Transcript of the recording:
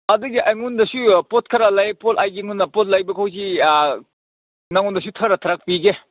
ꯑꯗꯨꯒꯤ ꯑꯩꯉꯣꯟꯗꯁꯨ ꯄꯣꯠ ꯈꯔ ꯂꯩ ꯄꯣꯠ ꯑꯩꯒꯤ ꯑꯩꯉꯣꯟꯗ ꯄꯣꯠ ꯂꯩꯕꯈꯣꯏꯒꯤ ꯅꯪꯉꯣꯟꯗꯁꯨ ꯈꯔ ꯊꯥꯔꯛꯄꯤꯒꯦ